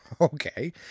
Okay